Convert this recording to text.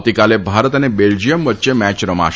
આવતીકાલે ભારત અને બેલ્જીયમ વચ્ચે મેચ રમાશે